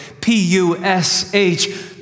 p-u-s-h